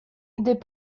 des